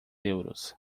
euros